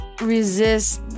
resist